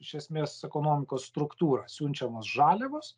iš esmės ekonomikos struktūrą siunčiamos žaliavos